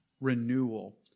renewal